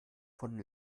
von